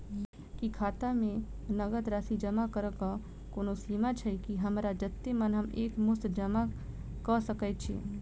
की खाता मे नगद जमा करऽ कऽ कोनो सीमा छई, की हमरा जत्ते मन हम एक मुस्त जमा कऽ सकय छी?